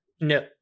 No